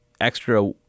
extra